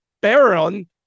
baron